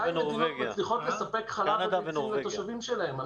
200 מדינות מצליחות לספק חלב וביצים לתושבים שלהן.